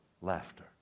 Laughter